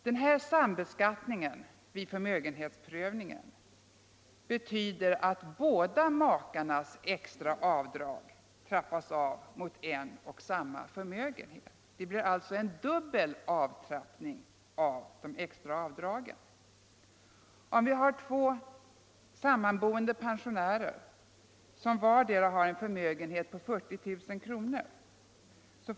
Denna sambeskattning vid förmögenhetsprövningen betyder att båda makarnas extra avdrag trappas av mot en och samma förmögenhet. Det blir alltså en dubbel avtrappning av de extra avdragen. Två sammanboende pensionärer som vardera har en förmögenhet på 40 000 kr.